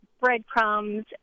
breadcrumbs